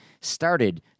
started